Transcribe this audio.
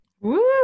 Woo